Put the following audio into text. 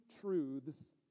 truths